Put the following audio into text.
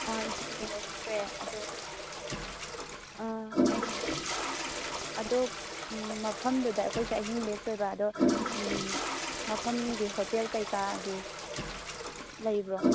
ꯑꯥ ꯏꯁꯥꯒꯤ ꯌꯥꯎꯔꯛꯇ꯭ꯔꯦ ꯑꯗꯣ ꯑꯥ ꯑꯩ ꯑꯗꯣ ꯃꯐꯝꯗꯨꯗ ꯑꯩꯈꯣꯏꯁꯦ ꯑꯍꯤꯡ ꯂꯦꯛꯇꯣꯏꯕ ꯑꯗꯣ ꯃꯐꯝꯒꯤ ꯍꯣꯇꯦꯜ ꯀꯩꯀꯥꯒꯤ ꯂꯩꯕ꯭ꯔꯣ